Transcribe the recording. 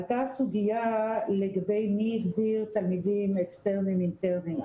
עלתה הסוגיה לגבי מי הגדיר תלמידים אקסטרניים או אינטרניים,